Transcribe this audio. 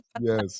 yes